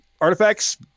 artifacts